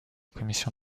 commission